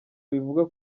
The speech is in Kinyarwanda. bivugwa